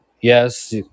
yes